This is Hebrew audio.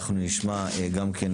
אנחנו נשמע גם כן,